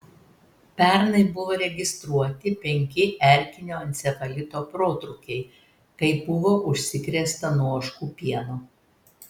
pernai buvo registruoti penki erkinio encefalito protrūkiai kai buvo užsikrėsta nuo ožkų pieno